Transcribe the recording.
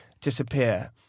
disappear